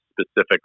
specific